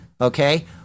Okay